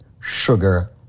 sugar